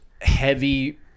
heavy